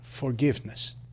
forgiveness